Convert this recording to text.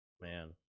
Man